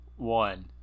One